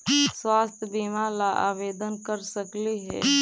स्वास्थ्य बीमा ला आवेदन कर सकली हे?